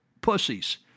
pussies